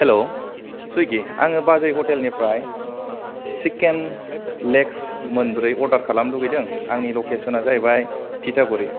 hello सुइगि आङो बाजै हतेलनिफ्राय सिक्केन लेगस मोनब्रै अर्डार खालामनो लुबैदों आंनि लकेसना जाहैबाय थिथागुरि